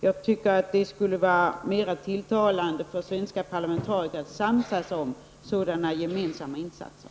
Jag tycker att det skulle vara mer tilltalande för svenska parlamentariker att samsas om sådana gemensamma insatser.